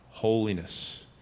holiness